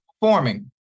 performing